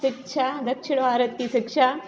शिक्षा दक्षिण भारत की शिक्षा